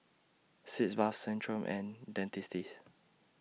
Sitz Bath Centrum and Dentiste